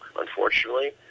Unfortunately